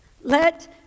let